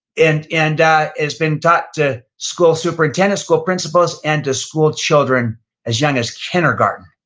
and and has been taught to school superintendent, school principals and to school children as young as kindergarten.